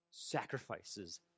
sacrifices